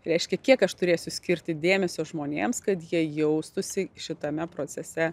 reiškia kiek aš turėsiu skirti dėmesio žmonėms kad jie jaustųsi šitame procese